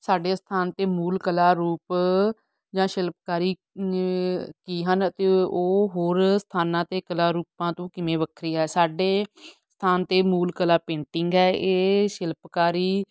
ਸਾਡੇ ਅਸਥਾਨ 'ਤੇ ਮੂਲ ਕਲਾ ਰੂਪ ਜਾਂ ਸ਼ਿਲਪਕਾਰੀ ਕੀ ਹਨ ਅਤੇ ਉਹ ਹੋਰ ਸਥਾਨਾਂ 'ਤੇ ਕਲਾ ਰੂਪਾਂ ਤੋਂ ਕਿਵੇਂ ਵੱਖਰੀ ਹੈ ਸਾਡੇ ਸਥਾਨ 'ਤੇ ਮੂਲ ਕਲਾ ਪੇਂਟਿੰਗ ਹੈ ਇਹ ਸ਼ਿਲਪਕਾਰੀ